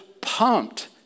pumped